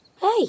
Hey